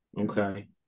okay